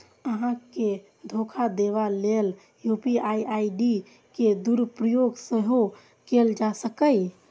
अहां के धोखा देबा लेल यू.पी.आई आई.डी के दुरुपयोग सेहो कैल जा सकैए